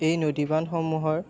এই নদীবান্ধসমূহৰ